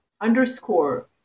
underscore